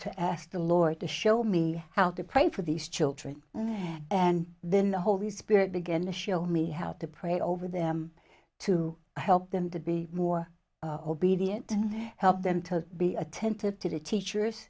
to ask the lord to show me how to pray for these children and then the holy spirit began to show me how to pray over them to help them to be more obedient help them to be attentive to the teachers